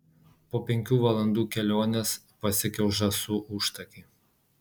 po penkių valandų kelionės pasiekiau žąsų užtakį